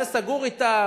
זה סגור אתם,